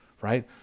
right